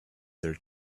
their